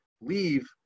leave